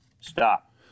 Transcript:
Stop